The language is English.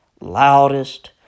loudest